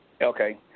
Okay